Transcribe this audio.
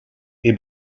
est